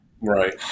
Right